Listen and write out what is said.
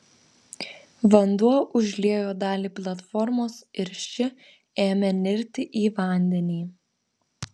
vanduo užliejo dalį platformos ir ši ėmė nirti į vandenį